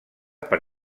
per